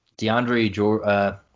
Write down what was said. DeAndre